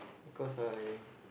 because I